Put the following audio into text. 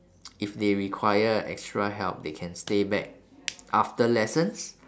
if they require extra help they can stay back after lessons